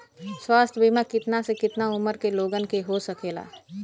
स्वास्थ्य बीमा कितना से कितना उमर के लोगन के हो सकेला?